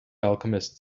alchemist